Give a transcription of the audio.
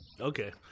Okay